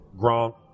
Gronk